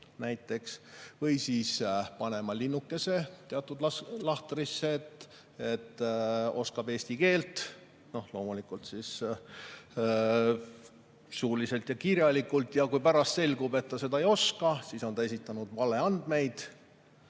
näiteks või siis panema linnukese teatud lahtrisse, et oskab eesti keelt, loomulikult suuliselt ja kirjalikult. Ja kui pärast selgub, et ta seda ei oska, siis on ta esitanud valeandmeid